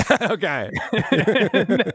Okay